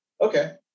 okay